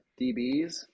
DBs